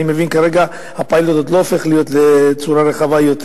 אני מבין שכרגע הפיילוט עוד לא הופך להיות רחב יותר.